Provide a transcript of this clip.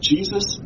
Jesus